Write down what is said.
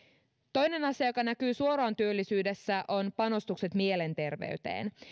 toinen asia joka näkyy suoraan työllisyydessä on panostukset mielenterveyteen